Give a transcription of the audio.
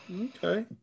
Okay